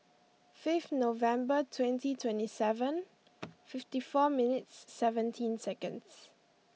fifth November twenty twenty seven fifty four minutes seventeen seconds